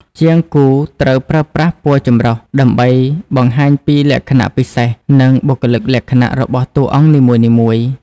ជាងគូរត្រូវប្រើប្រាស់ពណ៌ចម្រុះ ដើម្បីបង្ហាញពីលក្ខណៈពិសេស និងបុគ្គលិកលក្ខណៈរបស់តួអង្គនីមួយៗ។